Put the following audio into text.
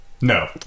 No